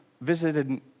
visited